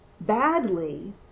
badly